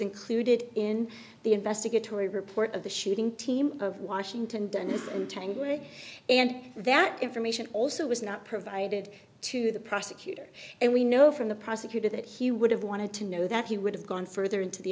included in the investigatory report of the shooting team of washington done in tangling and that information also was not provided to the prosecutor and we know from the prosecutor that he would have wanted to know that he would have gone further into the